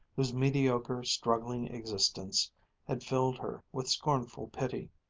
whose mediocre, struggling existence had filled her with scornful pity,